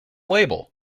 label